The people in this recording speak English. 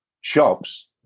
shops